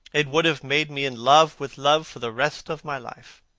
it would have made me in love with love for the rest of my life.